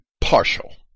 partial